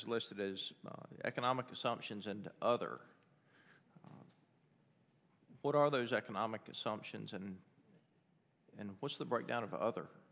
as listed as economic assumptions and other what are those economic assumptions and and what's the breakdown of the other